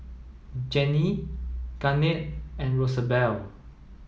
Jenni Garnett and Rosabelle